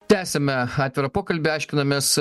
tęsiame atvirą pokalbį aiškinamės